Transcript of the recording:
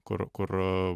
kur kur